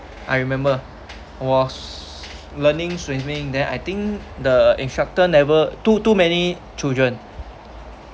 I remember was learning swimming then I think the instructor never too too many children